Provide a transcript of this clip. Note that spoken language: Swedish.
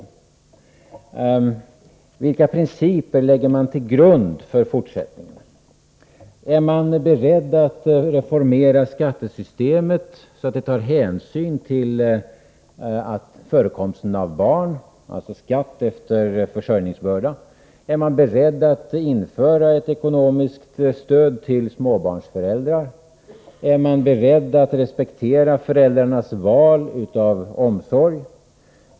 Vilka principer lägger man till grund för det fortsatta arbetet? Är regeringen beredd att reformera skattesystemet, så att det tar hänsyn till förekomst av barn, alltså skatt efter försörjningsbörda? Är regeringen vidare beredd att införa ett ekonomiskt stöd till småbarnsföräldrar? Är regeringen beredd att respektera föräldrarnas val av omsorg?